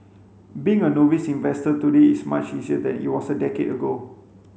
being a novice investor today is much easier than it was a decade ago